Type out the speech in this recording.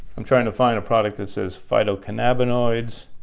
i'm trying to find a product that says phyto-cannabinoids